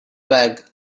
bag